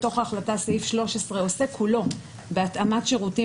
בתוך ההחלטה סעיף 13 עוסק כולו בהתאמת שירותים